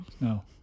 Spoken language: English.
no